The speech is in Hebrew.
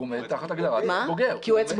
הוא תחת הגדרה של עץ בוגר.